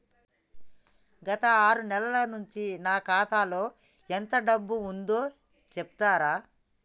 గత ఆరు నెలల నుంచి నా ఖాతా లో ఎంత డబ్బు ఉందో చెప్తరా?